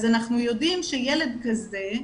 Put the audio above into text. אז אנחנו יודעים שילד כזה,